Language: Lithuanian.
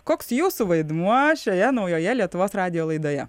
koks jūsų vaidmuo šioje naujoje lietuvos radijo laidoje